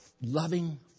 loving